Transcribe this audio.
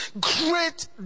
Great